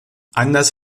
anders